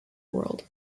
world